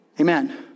Amen